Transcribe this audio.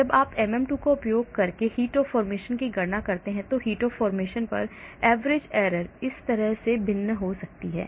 जब आप MM2 का उपयोग करके heat of formation की गणना करते हैं तो heat of formation पर average error इस तरह भिन्न हो सकती है